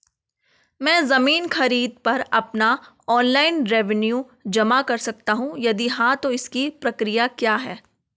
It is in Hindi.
मैं ज़मीन खरीद पर अपना ऑनलाइन रेवन्यू जमा कर सकता हूँ यदि हाँ तो इसकी प्रक्रिया क्या है?